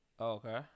Okay